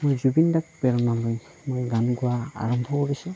এই জুবিনদাক প্ৰেৰণা লৈ মই গান গোৱা আৰম্ভ কৰিছোঁ